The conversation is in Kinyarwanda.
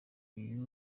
uyu